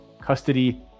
custody